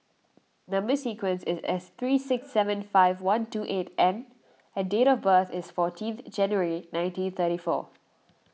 Number Sequence is S three six seven five one two eight N and date of birth is fourteenth January nineteen thirty four